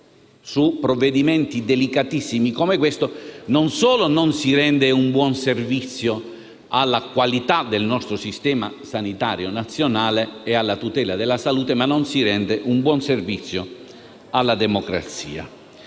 su provvedimenti delicatissimi come questo non solo non si rende un buon servizio alla qualità del nostro sistema sanitario nazionale e alla tutela della salute, ma non si rende un buon servizio neanche alla democrazia.